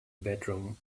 bedroom